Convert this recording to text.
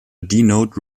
denote